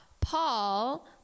Paul